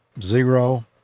zero